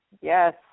yes